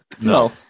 no